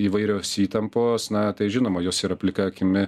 įvairios įtampos na tai žinoma jos yra plika akimi